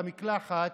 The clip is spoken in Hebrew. למקלחת,